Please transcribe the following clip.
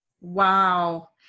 Wow